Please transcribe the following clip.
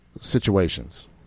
situations